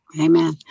Amen